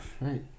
Right